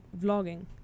vlogging